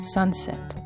Sunset